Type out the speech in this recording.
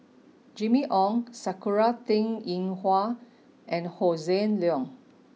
Jimmy Ong Sakura Teng Ying Hua and Hossan Leong